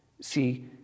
See